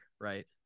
right